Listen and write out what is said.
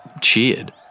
cheered